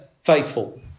faithful